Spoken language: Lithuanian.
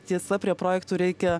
tiesa prie projektų reikia